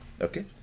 Okay